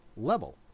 level